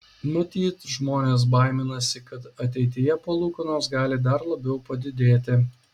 matyt žmonės baiminasi kad ateityje palūkanos gali dar labiau padidėti